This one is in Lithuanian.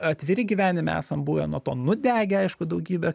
atviri gyvenime esam buvę nuo to nudegę aišku daugybę